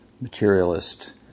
materialist